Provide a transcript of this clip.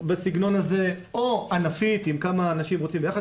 בסגנון הזה או ענפית אם כמה אנשים רוצים ביחד